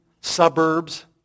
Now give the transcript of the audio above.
suburbs